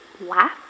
laugh